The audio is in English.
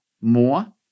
more